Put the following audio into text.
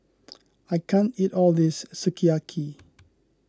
I can't eat all this Sukiyaki